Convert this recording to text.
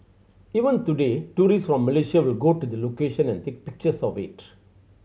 even today tourist from Malaysia will go to the location and take pictures of it